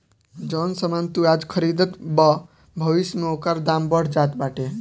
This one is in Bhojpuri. जवन सामान तू आज खरीदबअ भविष्य में ओकर दाम बढ़ जात बाटे